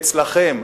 אצלכם.